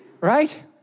right